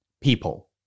People